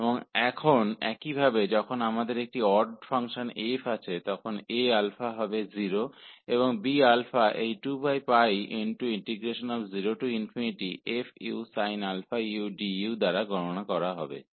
और अब इसी तरह जब हमारे पास एक ओड फ़ंक्शन f होता है तो Aα 0 हो जाएगा और Bα की गणना इस 2 0 f sin u du के द्वारा की जाएगी